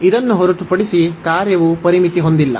ಇದನ್ನು ಹೊರತುಪಡಿಸಿ ಕಾರ್ಯವು ಪರಿಮಿತಿ ಹೊಂದಿಲ್ಲ